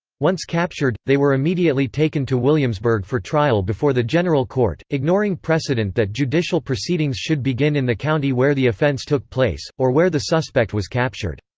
once captured, they were immediately taken to williamsburg for trial before the general court, ignoring precedent that judicial proceedings should begin in the county where the offense took place, or where the suspect was captured.